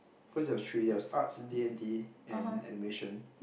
cause there was three there was arts D-and-T and animation